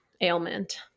ailment